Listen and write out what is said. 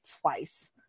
twice